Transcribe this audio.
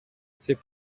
c’est